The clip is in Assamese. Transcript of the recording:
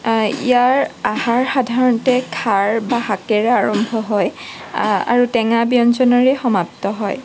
ইয়াৰ আহাৰ সাধাৰণতে খাৰ বা শাকেৰে আৰম্ভ হয় আৰু টেঙা ব্যঞ্জনেৰে সমাপ্ত হয়